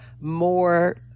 more